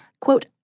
quote